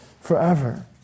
forever